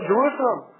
Jerusalem